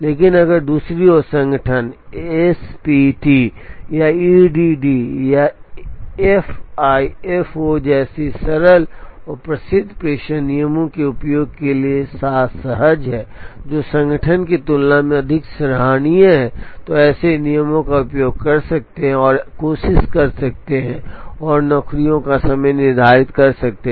लेकिन अगर दूसरी ओर संगठन एसपीटी या ईडीडी या एफआईएफओ जैसे सरल और प्रसिद्ध प्रेषण नियमों के उपयोग के साथ सहज है जो संगठन की तुलना में अधिक सराहनीय है तो ऐसे नियमों का उपयोग कर सकते हैं और कोशिश कर सकते हैं और नौकरियों का समय निर्धारित कर सकते हैं